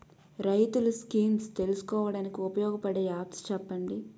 రైతులు స్కీమ్స్ తెలుసుకోవడానికి ఉపయోగపడే యాప్స్ చెప్పండి?